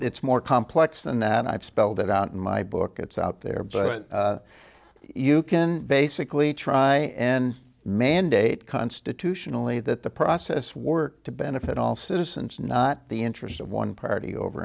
it's more complex than that i've spelled it out in my book it's out there but you can basically try and mandate constitutionally that the process work to benefit all citizens not the interest of one party over